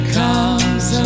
comes